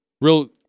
real